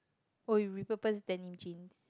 oh you repurpose denim jeans